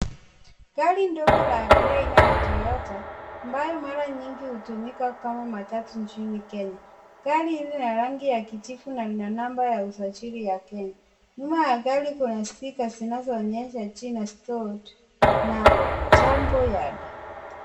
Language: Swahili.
Gari ndogo la abiria aina ya Toyota ambayo mara nyingi utumika kama matatu nchini Kenya ,gari hii ni ya rangi ya kijivu na lina namba ya usajili ya Kenya ,nyuma ya gari kuna sticker(cs) zinaozonyesha jina Stored na Jambo Yard.